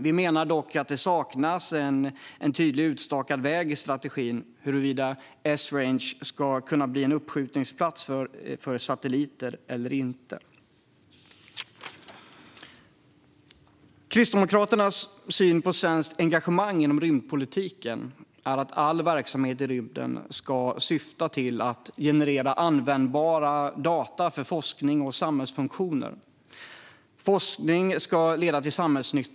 Vi menar dock att det saknas en tydligt utstakad väg i strategin när det gäller om Esrange ska kunna bli en uppskjutningsplats för satelliter eller inte. Kristdemokraternas syn på svenskt engagemang inom rymdpolitiken är att all verksamhet i rymden ska syfta till att generera användbara data för forskning och samhällsfunktioner. Forskning ska leda till samhällsnytta.